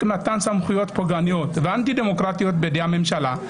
מתן סמכויות פוגעניות ואנטי דמוקרטיות בידי הממשלה,